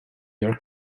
york